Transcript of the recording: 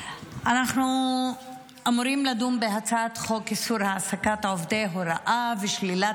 אנחנו אמורים לדון בהצעת חוק איסור העסקת עובדי הוראה ושלילת